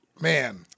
Man